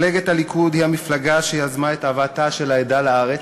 מפלגת הליכוד היא המפלגה שיזמה את הבאתה של העדה לארץ,